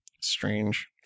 Strange